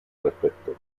respecto